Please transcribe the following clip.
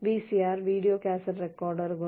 VCR video cassette റെക്കോർഡറുകൾ